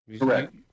Correct